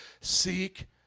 Seek